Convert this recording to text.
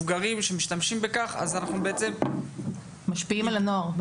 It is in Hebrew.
מבוגרים שמשתמשים בכך אז אנחנו בעצם משפיעים ברמה שלילית על הנוער?